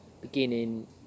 beginning